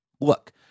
look